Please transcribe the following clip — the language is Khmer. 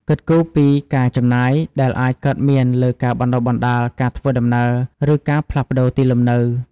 គិតគូរពីការចំណាយដែលអាចកើតមានលើការបណ្តុះបណ្តាល ការធ្វើដំណើរ ឬការផ្លាស់ប្តូរទីលំនៅ។